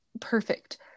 perfect